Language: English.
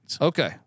Okay